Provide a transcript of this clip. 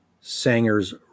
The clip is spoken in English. Sanger's